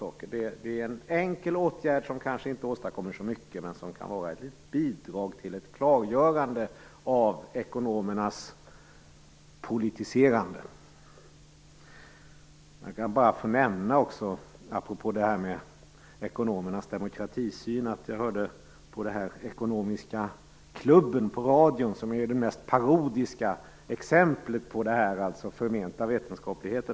Detta är en enkel åtgärd, som kanske inte åstadkommer så mycket men som kan vara ett litet bidrag till ett klargörande av ekonomernas politiserande. Jag skall bara nämna en sak apropå ekonomernas demokratisyn. Jag lyssnade på programmet Ekonomiska klubben i radio, som är det mest parodiska exemplet på denna förmenta vetenskaplighet.